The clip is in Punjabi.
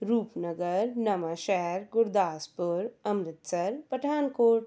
ਰੂਪਨਗਰ ਨਵਾਂਸ਼ਹਿਰ ਗੁਰਦਾਸਪੁਰ ਅੰਮ੍ਰਿਤਸਰ ਪਠਾਨਕੋਟ